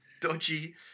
dodgy